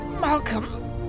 Malcolm